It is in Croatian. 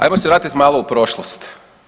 Ajmo se vratit malo u prošlost.